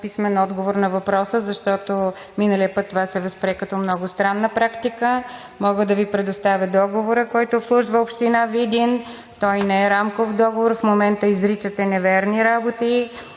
писмен отговор на въпроса, защото миналия път това се възприе като много странна практика. Мога да Ви предоставя договора, който обслужва община Видин. Той не е рамков договор. В момента изричате неверни работи,